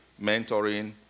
mentoring